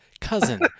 cousin